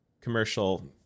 commercial